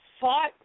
fought